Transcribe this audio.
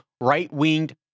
right-winged